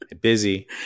Busy